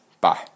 Bye